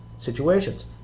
situations